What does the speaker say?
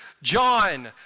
John